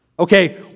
Okay